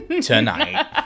tonight